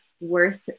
worth